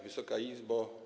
Wysoka Izbo!